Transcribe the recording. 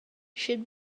should